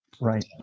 Right